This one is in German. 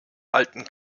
alten